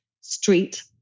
Street